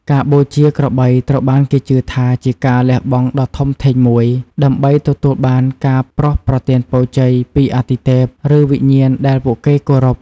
ការបូជាក្របីត្រូវបានគេជឿថាជាការលះបង់ដ៏ធំធេងមួយ ដើម្បីទទួលបានការប្រោសប្រទានពរជ័យពីអាទិទេព ឬវិញ្ញាណដែលពួកគេគោរព។